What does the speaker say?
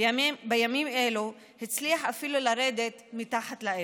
בימים אלו הוא הצליח אפילו לרדת אל מתחת לאפס,